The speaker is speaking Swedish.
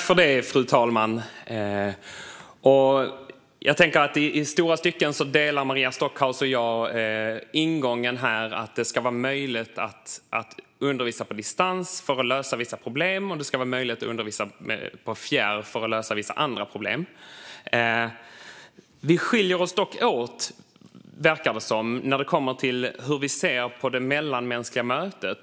Fru talman! I stora stycken delar Maria Stockhaus och jag ingången att det ska vara möjligt att undervisa på distans för att lösa vissa problem. Det ska också vara möjligt att använda fjärrundervisning för att lösa vissa andra problem. Det verkar dock som att vi skiljer oss åt när det kommer till hur vi ser på det mellanmänskliga mötet.